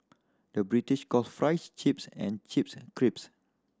the British calls fries chips and chips crisps